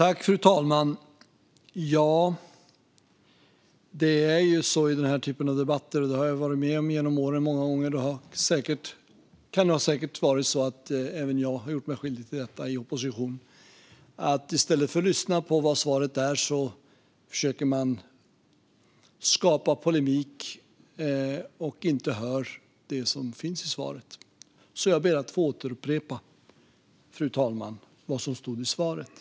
Fru talman! Det är ju så i den här typen av debatter - det har jag varit med om många gånger genom åren, och även jag kan säkert ha gjort mig skyldig till det i opposition - att man i stället för att lyssna på svaret försöker skapa polemik och inte hör det som finns i svaret. Jag ber därför, fru talman, att få upprepa vad jag sa i svaret.